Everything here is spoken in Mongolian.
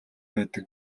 байдаг